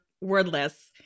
wordless